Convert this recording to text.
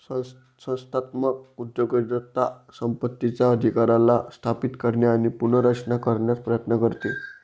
संस्थात्मक उद्योजकता संपत्तीचा अधिकाराला स्थापित करणे आणि पुनर्रचना करण्याचा प्रयत्न करते